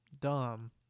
dumb